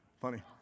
Funny